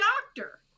doctor